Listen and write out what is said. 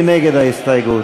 מי נגד ההסתייגות?